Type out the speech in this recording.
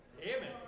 Amen